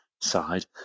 side